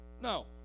no